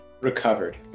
Recovered